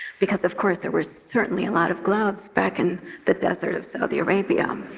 because, of course, there was certainly a lot of gloves back in the desert of saudi arabia.